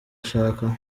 ashaka